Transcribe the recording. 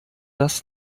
das